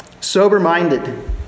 sober-minded